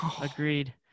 Agreed